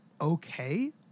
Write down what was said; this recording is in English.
okay